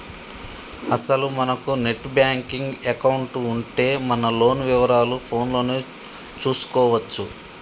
అసలు మనకు net banking account ఉంటే మన లోన్ వివరాలు ఫోన్ లోనే చూసుకోవచ్చు